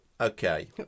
Okay